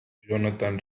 jonathan